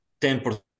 10%